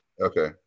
Okay